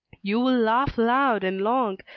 you will laugh loud and long,